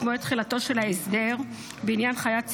מועד תחילתו של ההסדר בעניין חיית סיוע,